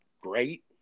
great